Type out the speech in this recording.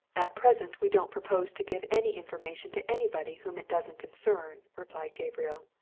at present we don't propose to give any information to anybody whom it doesn't concern, replied gabriel.